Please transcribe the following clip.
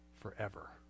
forever